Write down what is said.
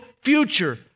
future